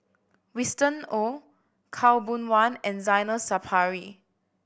Winston Oh Khaw Boon Wan and Zainal Sapari